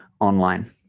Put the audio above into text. online